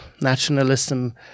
nationalism